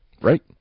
Right